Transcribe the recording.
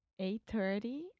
8.30